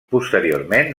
posteriorment